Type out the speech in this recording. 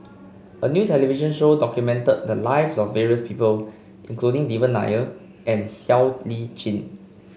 a new television show documented the lives of various people including Devan Nair and Siow Lee Chin